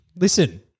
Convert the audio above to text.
listen